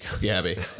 Gabby